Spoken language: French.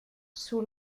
sous